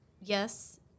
yes